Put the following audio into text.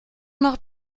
nach